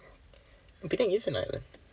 penang is an island